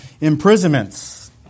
imprisonments